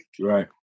Right